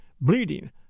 bleeding